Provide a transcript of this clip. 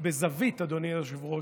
בזווית, אדוני היושב-ראש,